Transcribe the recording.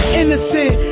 innocent